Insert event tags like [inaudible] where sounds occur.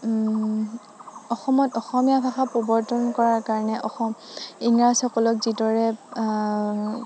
অসমত অসমীয়া ভাষা প্ৰৱৰ্তন কৰাৰ কাৰণে [unintelligible] ইংৰাজসকলক যিদৰে